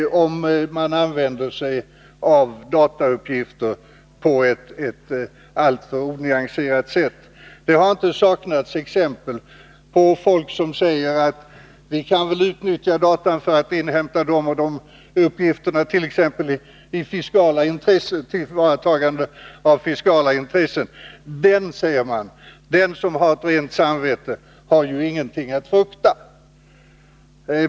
Om man använder sig av datauppgifter på ett alltför onyanserat sätt kan det föra mycket långt. Det har inte saknats exempel på folk som säger: Vi kan väl utnyttja datan för att inhämta de och de uppgifterna, t.ex. för tillvaratagande av fiskala intressen — den som har rent samvete har ju ingenting att frukta.